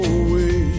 away